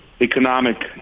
economic